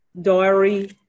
diary